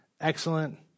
excellent